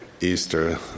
Easter